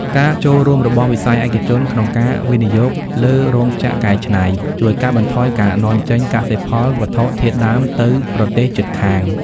ការចូលរួមរបស់វិស័យឯកជនក្នុងការវិនិយោគលើរោងចក្រកែច្នៃ ជួយកាត់បន្ថយការនាំចេញកសិផលវត្ថុធាតុដើមទៅប្រទេសជិតខាង។